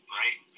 right